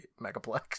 Megaplex